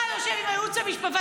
אתה יושב עם הייעוץ המשפטי.